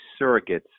surrogates